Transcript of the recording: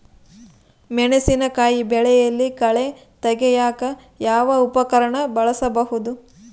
ಮೆಣಸಿನಕಾಯಿ ಬೆಳೆಯಲ್ಲಿ ಕಳೆ ತೆಗಿಯಾಕ ಯಾವ ಉಪಕರಣ ಬಳಸಬಹುದು?